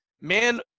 man